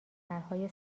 طرحهای